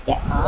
Yes